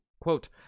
Quote